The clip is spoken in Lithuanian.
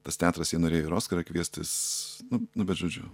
tas teatras jie norėjo ir oskarą kviestis nu nu bet žodžiu